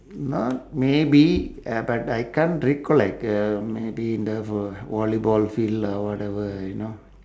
not maybe uh but I can't recollect uh maybe the vo~ volleyball field or whatever you know